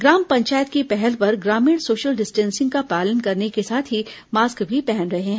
ग्राम पंचायत की पहल पर ग्रामीण सोशल डिस्टेंसिंग का पालन करने के साथ ही मास्क भी पहन रहे हैं